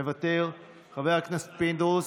מוותר, חבר הכנסת פינדרוס,